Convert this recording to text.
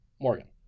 Morgan